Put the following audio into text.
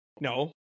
No